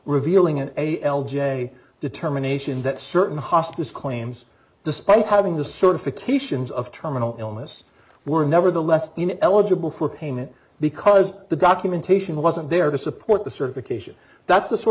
revealing an a l j determination that certain hospice claims despite having the certifications of terminal illness were nevertheless been eligible for payment because the documentation wasn't there to support the certification that's the sort